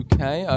Okay